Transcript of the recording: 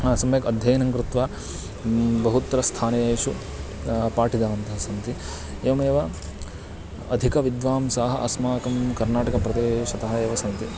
सम्यक् अध्ययनं कृत्वा बहुत्र स्थानेषु पाठितवन्तः सन्ति एवमेव अधिकविद्वांसाः अस्माकं कर्नाटकप्रदेशतः एव सन्ति